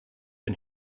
and